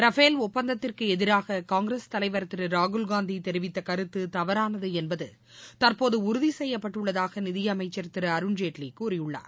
Rafale ஒப்பந்தத்திற்கு எதிராக காங்கிரஸ் தலைவர் திரு ராகுல்காந்தி தெரிவித்த கருத்து தவறானது என்பது தற்போது உறுதி செய்யப்பட்டுள்ளதாக நிதியமைச்சர் திரு அருண்ஜேட்லி கூறியுள்ளார்